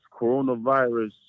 coronavirus